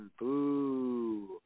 boo